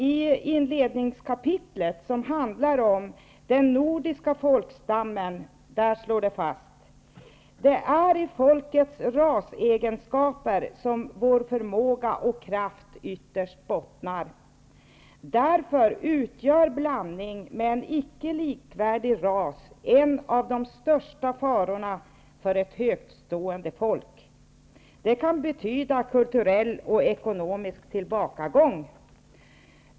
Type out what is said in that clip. I inledningskapitlet handlar det om den nordiska folkstammen, och där slås följande fast: ''Det är i folkets rasegenskaper som vår förmåga och kraft ytterst bottnar. Därför utgör blandning med en icke likvärdig ras en av de största farorna för ett högtstående folk. Det kan betyda kulturell och ekonomisk tillbakagång.''